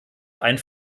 ein